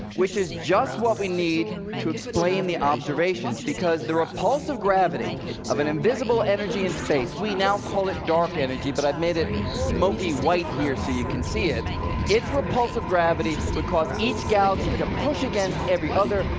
which is just what we need to explain the observations. because the repulsive gravity of an invisible energy in space we now call it dark energy, but i've made it smokey white here so you can see it its repulsive gravity would cause each galaxy to push against every other,